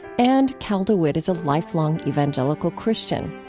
and cal dewitt is a lifelong evangelical christian.